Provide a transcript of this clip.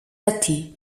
ati